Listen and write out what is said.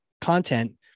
content